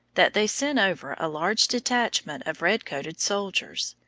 that they sent over a large detachment of red-coated soldiers.